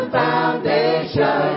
foundation